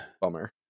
bummer